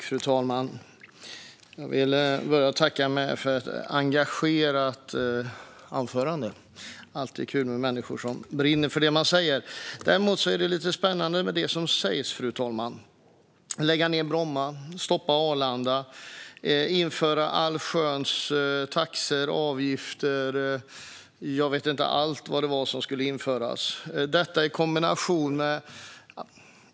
Fru talman! Jag vill börja med att tacka för ett engagerat anförande. Det är alltid kul med människor som brinner för det de säger. Det som sas är också lite spännande, fru talman: lägga ned Bromma, stoppa Arlanda och införa allsköns taxor och avgifter. Allt möjligt skulle införas.